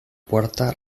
puerta